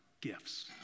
gifts